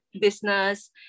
business